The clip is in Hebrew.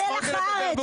הם מלח הארץ.